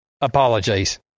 Apologies